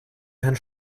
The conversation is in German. herrn